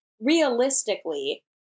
Realistically